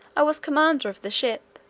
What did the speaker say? i was commander of the ship,